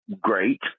great